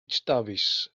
dafis